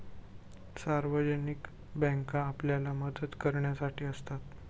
सार्वजनिक बँका आपल्याला मदत करण्यासाठी असतात